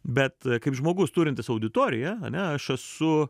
bet kaip žmogus turintis auditoriją ane aš esu